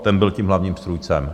Ten byl tím hlavním strůjcem.